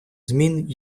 змін